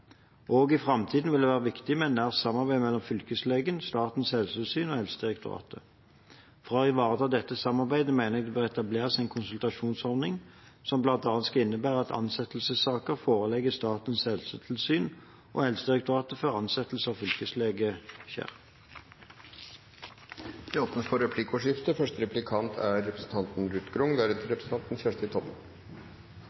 i framtiden vil det være viktig med et nært samarbeid mellom fylkeslegen, Statens helsetilsyn og Helsedirektoratet. For å ivareta dette samarbeidet mener jeg at det bør etableres en konsultasjonsordning som bl.a. skal innebære at ansettelsessaker forelegges Statens helsetilsyn og Helsedirektoratet før ansettelse av fylkeslege skjer. Det blir replikkordskifte. Dette spørsmålet er